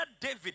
David